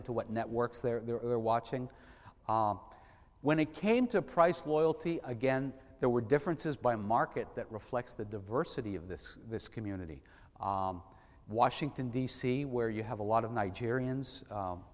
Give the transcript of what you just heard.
into what networks there are watching when it came to price loyalty again there were differences by market that reflects the diversity of this this community washington d c where you have a lot of